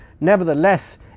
Nevertheless